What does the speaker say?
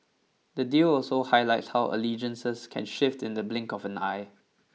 the deal also highlights how allegiances can shift in the blink of an eye